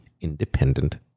Independent